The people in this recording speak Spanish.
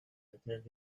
otras